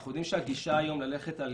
אנחנו יודעים שהגישה היום היא ללכת על